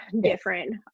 different